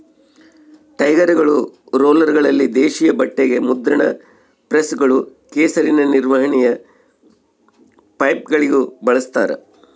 ಟೈರ್ಗಳು ರೋಲರ್ಗಳಲ್ಲಿ ದೇಶೀಯ ಬಟ್ಟೆಗ ಮುದ್ರಣ ಪ್ರೆಸ್ಗಳು ಕೆಸರಿನ ನಿರ್ವಹಣೆಯ ಪೈಪ್ಗಳಿಗೂ ಬಳಸ್ತಾರ